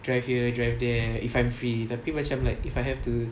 drive here drive there if I'm free tapi macam like if I have to